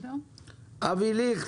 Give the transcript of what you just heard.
אבי ליכט,